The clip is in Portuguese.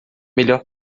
melhor